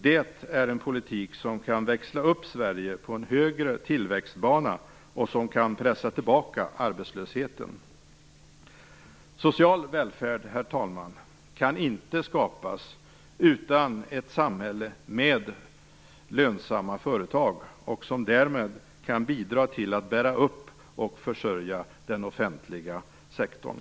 Det är en politik som kan växla upp Sverige på en högre tillväxtbana och som kan pressa tillbaka arbetslösheten. Herr talman! Social välfärd kan inte skapas utan ett samhälle med lönsamma företag som kan bidra till att bära upp och försörja den offentliga sektorn.